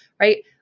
right